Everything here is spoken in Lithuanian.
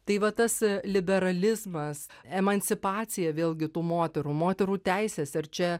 tai va tas liberalizmas emancipacija vėlgi tų moterų moterų teisės ir čia